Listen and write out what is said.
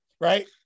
right